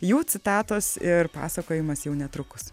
jų citatos ir pasakojimas jau netrukus